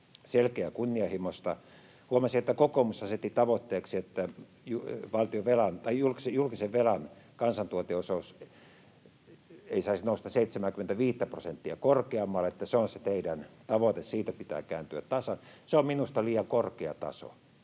selkeää ja kunnianhimoista. Huomasin, että kokoomus asetti tavoitteeksi, että julkisen velan kansantuoteosuus ei saisi nousta 75:tä prosenttia korkeammalle, että se on se teidän tavoitteenne, siitä pitää kääntyä tasan. Se on minusta liian korkea taso,